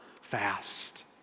fast